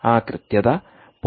ആ കൃത്യത 0